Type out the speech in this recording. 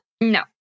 No